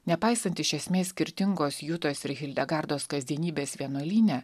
nepaisant iš esmės skirtingos jutos ir hildegardos kasdienybės vienuolyne